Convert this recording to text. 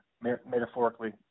metaphorically